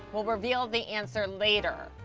we'll reveal the answer later.